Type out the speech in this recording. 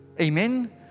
Amen